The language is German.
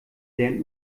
lernt